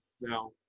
now